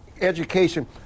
education